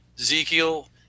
Ezekiel